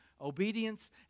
Obedience